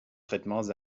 traitements